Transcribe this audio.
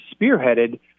spearheaded